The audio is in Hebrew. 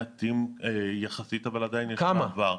מעטים יחסית, אבל עדיין יש מעבר.